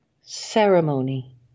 Ceremony